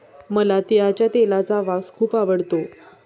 मला तिळाच्या तेलाचा वास खूप आवडतो